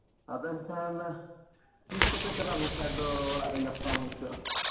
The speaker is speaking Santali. ᱟᱫᱚ ᱮᱱᱠᱷᱟᱱ ᱛᱤᱥ ᱠᱚᱛᱮ ᱪᱟᱞᱟᱣ ᱞᱮᱱᱠᱷᱟᱱ ᱫᱚ ᱚᱲᱟᱜ ᱨᱮ ᱧᱟᱯᱟᱢ ᱦᱩᱭ ᱠᱚᱜᱼᱟ